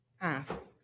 ask